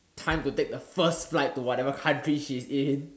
time to take the first flight to whatever country she's in